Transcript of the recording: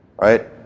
right